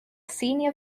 senior